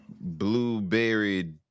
blueberry